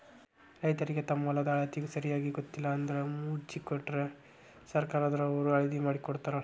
ರೈತರಿಗೆ ತಮ್ಮ ಹೊಲದ ಅಳತಿ ಸರಿಯಾಗಿ ಗೊತ್ತಿಲ್ಲ ಅಂದ್ರ ಮೊಜ್ನಿ ಕೊಟ್ರ ಸರ್ಕಾರದವ್ರ ಅಳ್ದಕೊಡತಾರ